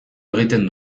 egiten